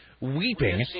weeping